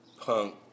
punk